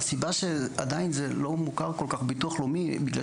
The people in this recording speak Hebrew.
הסיבה שעדיין זה לא מוכר כל כך בביטוח לאומי היא בגלל